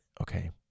okay